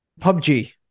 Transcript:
PUBG